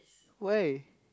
why